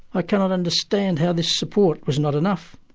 i cannot understand how this support was not enough.